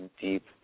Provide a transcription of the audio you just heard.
deep